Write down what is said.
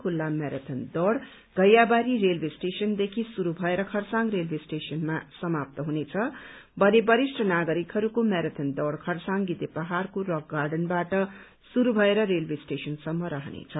खुल्ला म्याराथन दौड़ घैयाबारी रेलवे स्टेशनदेखि श्रुरू भएर खरसाङ रेलवे स्टेशनमा समाप्त हुनेछ भने वरिष्ट नागरिकहरूको म्याराथन दौड़ खरसाङ गिखे पहाड़को रक गार्डनबाट श्रुरू भएर रेलवे स्टेशनसम्म रहनेछ